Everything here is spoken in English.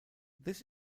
this